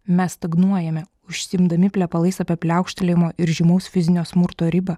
mes stagnuojame užsiimdami plepalais apie pliaukštelėjimo ir žymaus fizinio smurto ribą